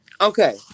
okay